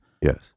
Yes